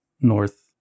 north